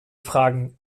fragen